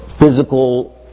physical